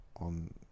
on